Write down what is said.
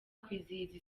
kwizihiza